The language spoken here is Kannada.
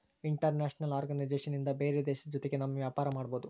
ಇಂಟರ್ನ್ಯಾಷನಲ್ ಆರ್ಗನೈಸೇಷನ್ ಇಂದ ಬೇರೆ ದೇಶದ ಜೊತೆಗೆ ನಮ್ ವ್ಯಾಪಾರ ಮಾಡ್ಬೋದು